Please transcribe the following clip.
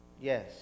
yes